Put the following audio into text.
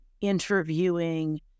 interviewing